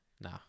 Nah